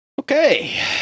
Okay